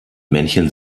männchen